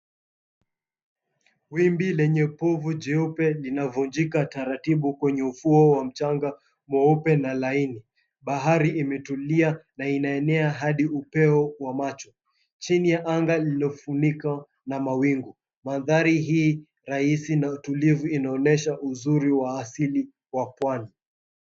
Wimbi lenye povu jeupe linavunjika taratibu kwenye ufuo wa mchanga mweupe na laini. Bahari imetulia na inaenea hadi upeo wa macho, chini ya anga lililofunikwa na mawingu. Mandhari hii raisi na utulivu inaonyesha uzuri wa asili wa pwani.